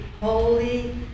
holy